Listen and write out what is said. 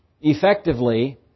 effectively